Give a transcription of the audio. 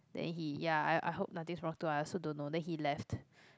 then he ya I I hope nothing's wrong too I also don't know then he left